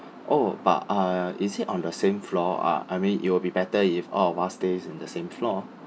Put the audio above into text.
oh but uh is it on the same floor ah I mean it will be better if all of us stays in the same floor